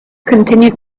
continued